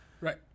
right